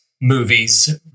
movies